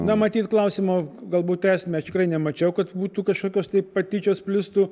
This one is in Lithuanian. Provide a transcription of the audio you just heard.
na matyt klausimo galbūt esmę tikrai nemačiau kad būtų kažkokios tai patyčios plistų